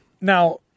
now